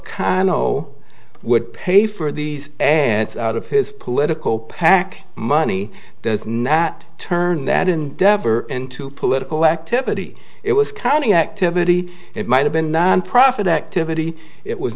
cano would pay for these and out of his political pac money does not turn that endeavor into political activity it was counting activity it might have been nonprofit activity it was